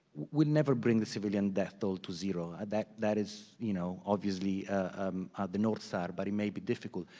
we'll never bring the civilian death toll to zero. that that is you know obviously um the north star, but it may be difficult,